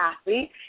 athlete